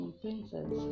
princess